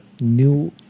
new